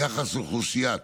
ביחס לאוכלוסיית